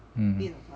mm